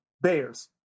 Bears